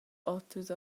oters